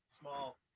Small